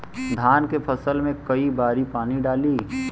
धान के फसल मे कई बारी पानी डाली?